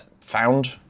Found